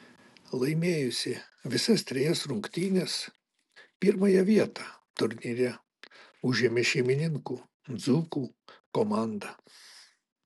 laimėjusi visas trejas rungtynes pirmąją vietą turnyre užėmė šeimininkų dzūkų komanda